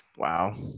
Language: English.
Wow